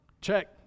Check